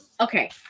Okay